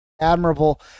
admirable